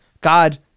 God